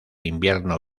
invierno